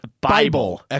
Bible